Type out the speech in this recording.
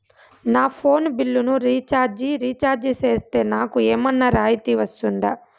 నా ఫోను బిల్లును recharge recharge సేస్తే, నాకు ఏమన్నా రాయితీ వస్తుందా?